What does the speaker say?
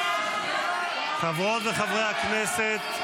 חברות וחברי הכנסת,